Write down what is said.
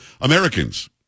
Americans